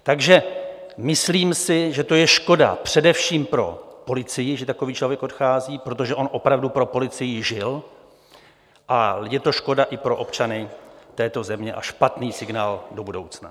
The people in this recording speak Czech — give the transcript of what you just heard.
Takže myslím si, že to je škoda, především pro policii, že takový člověk odchází, protože on opravdu pro policii žil, a je to škoda i pro občany této země a špatný signál do budoucna.